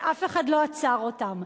ואף אחד לא עצר אותם.